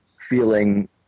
feeling